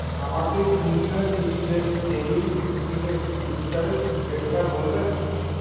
আমাকে senior citizen savings স্কিমের interest রেটটা বলবেন